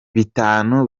bitanu